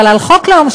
אבל על חוק לאום,